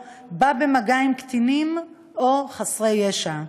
הוא בא במגע עם קטינים או חסרי ישע.